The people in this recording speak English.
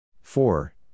four